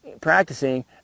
practicing